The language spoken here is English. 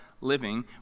living